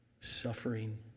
Suffering